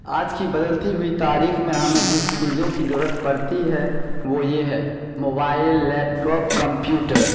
آج کی بدلتی ہوئی تاریخ میں ہمیں جس چیزوں کی ضرورت پڑتی ہے وہ یہ ہے موبائل لیپ ٹاپ کمپیوٹر